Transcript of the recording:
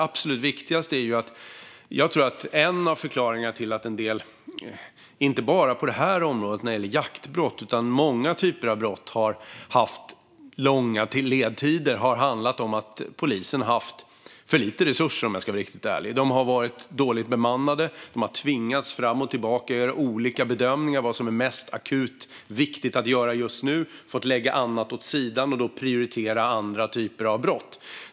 Jag tror att en av förklaringarna, inte bara på det här området när det gäller jaktbrott utan när det gäller många typer av brott där man har haft långa ledtider, har handlat om att polisen har haft för lite resurser, om jag ska vara riktigt ärlig. De har varit dåligt bemannade och har tvingats fram och tillbaka för att göra olika bedömningar av vad som varit mest akut och viktigt att göra just nu. De har fått lägga annat åt sidan och då prioritera andra typer av brott.